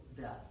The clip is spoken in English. death